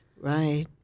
Right